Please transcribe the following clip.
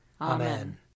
Amen